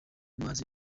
mazi